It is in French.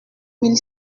mille